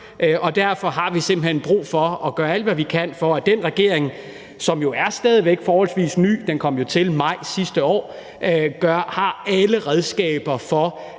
og derfor har vi simpelt hen brug for at gøre alt, hvad vi kan, for, at den regering, som stadig væk er forholdsvis ny – den kom jo til i maj sidste år – har alle redskaber for